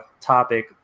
topic